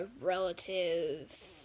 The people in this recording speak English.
relative